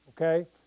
Okay